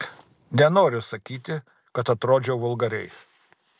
nenoriu sakyti kad atrodžiau vulgariai